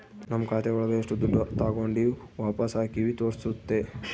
ನಮ್ ಖಾತೆ ಒಳಗ ಎಷ್ಟು ದುಡ್ಡು ತಾಗೊಂಡಿವ್ ವಾಪಸ್ ಹಾಕಿವಿ ತೋರ್ಸುತ್ತೆ